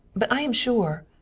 but i am sure.